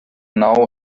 now